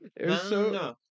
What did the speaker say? no